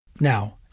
Now